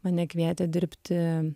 mane kvietė dirbti